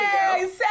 hey